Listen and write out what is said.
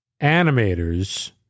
animators